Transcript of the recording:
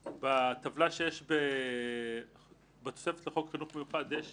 - בטבלה שיש בתוספת לחוק חינוך מיוחד יש